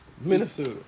Minnesota